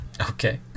okay